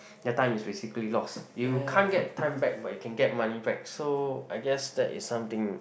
your time is basically lost you can't get time back but you can get money back so I guess that is something